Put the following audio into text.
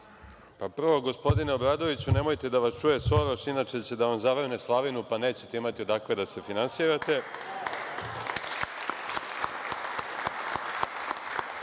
Prvo, gospodine Obradoviću, nemojte da vas čuje Soroš, inače će da vam zavrne slavinu, pa nećete imati odakle da se finansirate. Kažite